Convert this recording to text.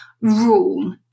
rule